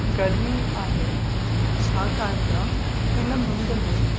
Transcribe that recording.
गर्मी आहे छाकाणि त हिन मुंदि में